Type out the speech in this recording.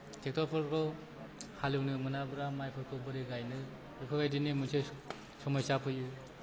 थ्रेक्तरफोरखौ हालेवनो मोनाब्ला माइफोरखौ बोरै गायनो बेफोरबायदिनो मोनसे समस्या फैयो